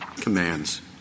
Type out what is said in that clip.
commands